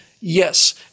Yes